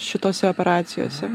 šitose operacijose